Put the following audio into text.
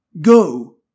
Go